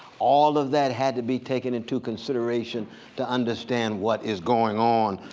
all of that had to be taken into consideration to understand what is going on,